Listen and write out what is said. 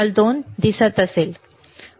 आणि हे दोन्ही चॅनेल एकत्र आहेत